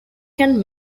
can